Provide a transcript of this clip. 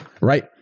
right